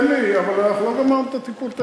תן לי, אבל אנחנו לא גמרנו את הטיפול.